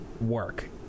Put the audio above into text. work